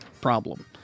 problem